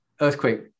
earthquake